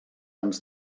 ens